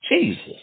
Jesus